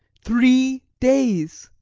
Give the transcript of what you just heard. three days!